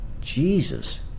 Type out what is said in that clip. Jesus